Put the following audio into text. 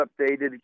updated